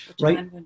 right